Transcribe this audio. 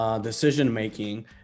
decision-making